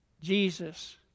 Jesus